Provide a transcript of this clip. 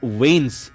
veins